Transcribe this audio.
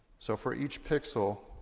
so for each pixel,